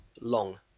long